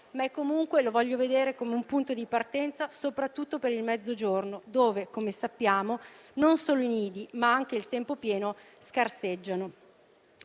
ma comunque lo voglio vedere come un punto di partenza soprattutto per il Mezzogiorno, dove, come sappiamo, non solo i nidi, ma anche il tempo pieno scarseggiano.